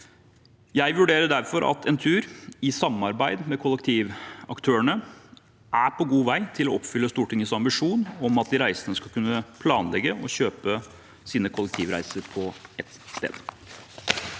Jeg vurderer derfor at Entur, i samarbeid med kollektivaktørene, er på god vei til å oppfylle Stortingets ambisjon om at de reisende skal kunne planlegge og kjøpe sine kollektivreiser på ett sted.